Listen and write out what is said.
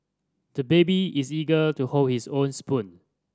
the baby is eager to hold his own spoon